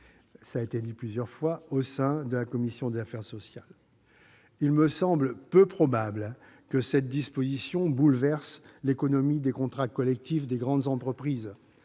ont été nourris, y compris au sein de la commission des affaires sociales. Il me semble peu probable que cette disposition bouleverse l'économie des contrats collectifs des grandes entreprises.